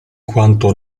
quanto